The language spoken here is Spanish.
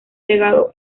legado